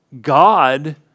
God